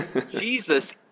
Jesus